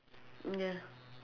mm ya